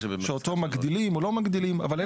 שאותו מגדילים או לא מגדילים אבל אין